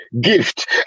gift